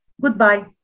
Goodbye